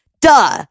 duh